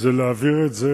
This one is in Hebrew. זה להעביר את זה